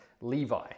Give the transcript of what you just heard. Levi